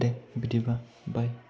दे बिदिब्ला बाइ